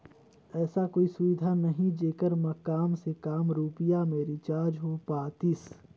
ऐसा कोई सुविधा नहीं जेकर मे काम से काम रुपिया मे रिचार्ज हो पातीस?